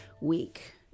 Week